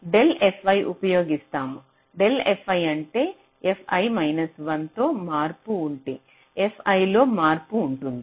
del fi ఉపయోగిస్తాము del fi అంటే fi 1 లో మార్పు ఉంటే fi లో మార్పు ఉంటుందా